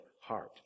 heart